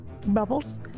bubbles